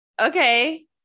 Okay